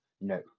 No